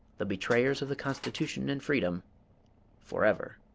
the betrayers of the constitution and freedom forever.